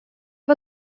var